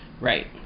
Right